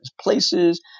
places